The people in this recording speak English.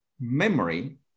memory